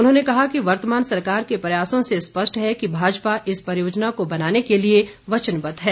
उन्होंने कहा कि वर्तमान सरकार के प्रयासों से स्पष्ट है कि भाजपा इस परियोजना को बनाने के लिए वचनबद्ध है